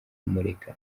kumureka